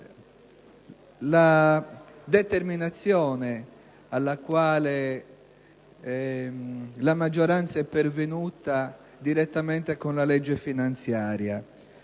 la determinazione con la quale la maggioranza è pervenuta direttamente con la legge finanziaria